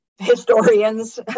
historians